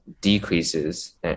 decreases